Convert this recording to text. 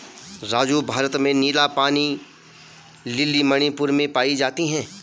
राजू भारत में नीला पानी लिली मणिपुर में पाई जाती हैं